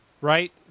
right